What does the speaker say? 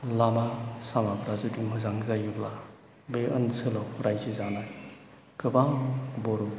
लामा सामाफ्रा जुदि मोजां जायोब्ला बे ओनसोलाव रायजो जानाय गोबां बर'